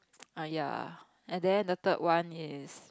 err ya and then the third one is